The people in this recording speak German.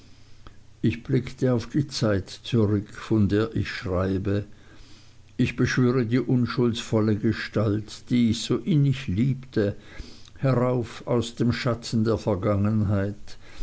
ich blicke auf die zeit zurück von der ich schreibe ich beschwöre die unschuldvolle gestalt die ich so innig liebte herauf aus dem schatten der vergangenheit